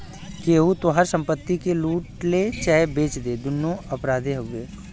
केहू तोहार संपत्ति के लूट ले चाहे बेच दे दुन्नो अपराधे हउवे